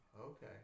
Okay